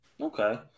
Okay